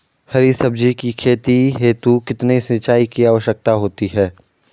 हरी सब्जी की खेती हेतु कितने सिंचाई की आवश्यकता होती है?